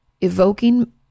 evoking